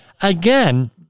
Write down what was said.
again